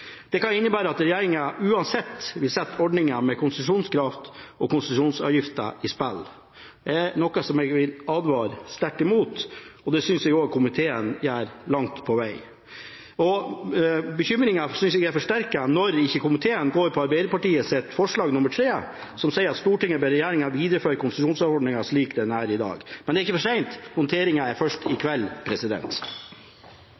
Det kan innebære at regjeringen uansett vil sette ordningen med konsesjonskraft og konsesjonsavgifter i spill, noe jeg vil advare sterkt mot, og det synes jeg også komiteen langt på vei gjør. Jeg synes bekymringen blir forsterket når man ikke går inn for forslag nr. 3, fra Arbeiderpartiet m.fl., som sier: «Stortinget ber regjeringen videreføre konsesjonskraftordningen slik den er i dag.» Men det er ikke for seint, voteringen er først i